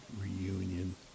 reunion